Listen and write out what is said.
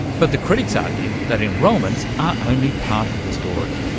but the critics argue that enrolments are only part of the story.